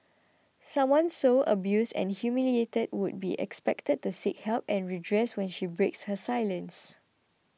someone so abused and humiliated would be expected to seek help and redress when she breaks her silence